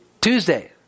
Tuesday